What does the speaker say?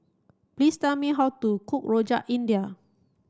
please tell me how to cook Rojak India